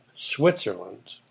Switzerland